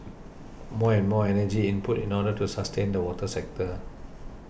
more and more energy input in order to sustain the water sector